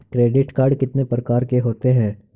Credit card कितने प्रकार के होते हैं?